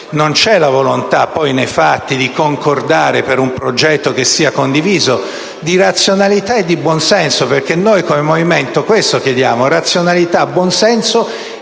la volontà poi nei fatti di concordare per un progetto che sia condiviso di razionalità e buonsenso. Noi come Movimento questo chiediamo. Chiediamo razionalità, buon senso